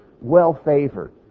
well-favored